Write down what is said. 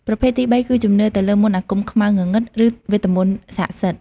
ប្រភេទទីបីគឺជំនឿទៅលើមន្តអាគមខ្មៅងងឹត ឬវេទមន្តសក្តិសិទ្ធិ។